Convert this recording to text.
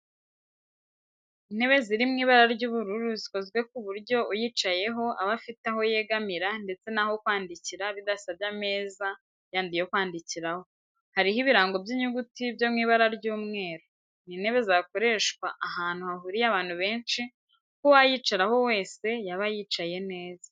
Intebe ziri mu ibara ry'ubururu zikozwe ku buryo uyicayeho aba afite aho yegamira ndetse n'aho kwandikira bidasabye ameza yandi yo kwandikiraho, hariho ibirango by'inyuguti byo mu ibara ry'umweru. Ni intebe zakoreshwa ahantu hahuriye abantu benshi kuko uwayicaraho wese yaba yicaye neza.